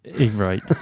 Right